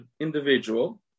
individual